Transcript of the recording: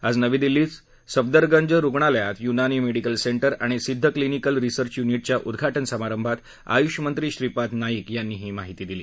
आज नवी दिल्लीत सफदरजंग रुग्णालयात युनानी मेडिकल सेंटर आणि सिद्ध क्लिनिकल रिसर्च युनिटच्या उद्घाटन समारंभात आयुष मंत्री श्रीपाद नाईक यांनी ही माहिती दिली